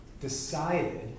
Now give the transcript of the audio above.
decided